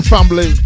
Family